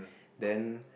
then